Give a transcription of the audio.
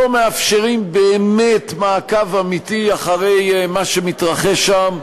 לא מאפשרים באמת מעקב אמיתי אחרי מה שמתרחש שם,